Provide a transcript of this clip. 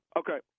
okay